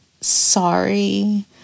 sorry